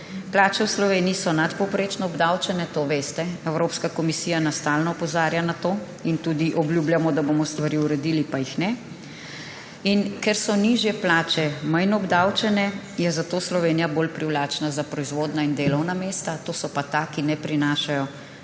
Plače v Sloveniji so nadpovprečno obdavčene, to veste. Evropska komisija nas stalno opozarja na to in tudi obljubljamo, da bomo stvari uredili, pa jih ne. In ker so nižje plače manj obdavčene, je Slovenija bolj privlačna za proizvodnjo in delovna mesta, to so pa ta, ki ne prinašajo